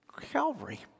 Calvary